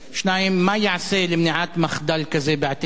2. מה ייעשה למניעת מחדל כזה בעתיד,